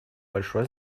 большое